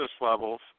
levels